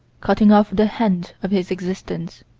cutting off the hand of his existence.